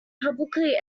publicly